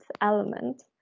element